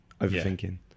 overthinking